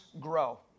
grow